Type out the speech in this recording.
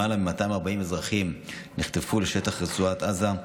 למעלה מ-240 אזרחים נחטפו לשטח רצועת עזה.